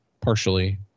partially